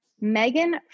Megan